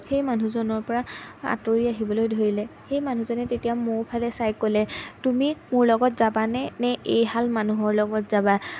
সেই মানুহজনৰ পৰা আঁতৰি আহিবলৈ ধৰিলে সেই মানুহজনে তেতিয়া মোৰ ফালে চাই ক'লে তুমি মোৰ লগত যাবানে নে এইহাল মানুহৰ লগত যাবা